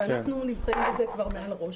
ואנחנו נמצאים בזה כבר מעל הראש.